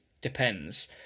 depends